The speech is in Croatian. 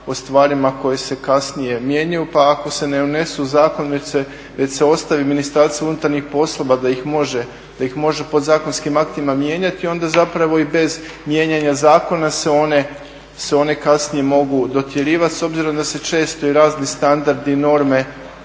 o stvarima koje se kasnije mijenjaju pa ako se ne unesu u zakon već se ostavi Ministarstvu unutarnjih poslova da ih može podzakonskim aktima mijenjati onda zapravo i bez mijenjanja zakona se one kasnije mogu dotjerivati s obzirom da se često i razni standardi, norme,